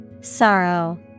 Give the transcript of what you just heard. Sorrow